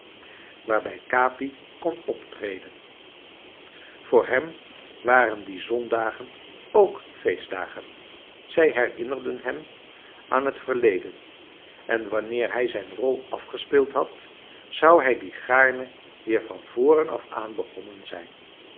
waarbij capi kon optreden voor hem waren die zondagen ook feestdagen zij herinnerden hem aan het verleden en wanneer hij zijn rol afgespeeld had zou hij die gaarne weer van voren af aan begonnen zijn